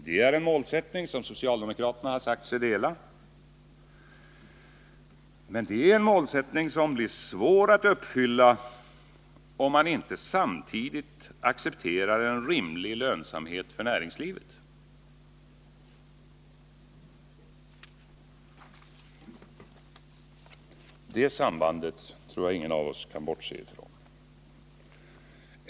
Det är en målsättning som socialdemokraterna sagt sig dela. Men det är en målsättning som blir svår att uppfylla om man inte samtidigt accepterar en rimlig lönsamhet för näringslivet. Det sambandet tror jag att ingen av oss kan bortse från.